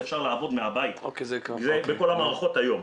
אפשר לעבוד מהבית בכל המערכות היום.